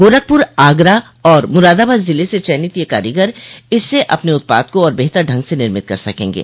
गोरखपुर आगरा और मुरादाबाद जिले से चयनित यह कारीगर इससे अपने उत्पाद को और बेहतर ढंग से निर्मित कर सकेंगे